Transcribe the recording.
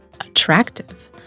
attractive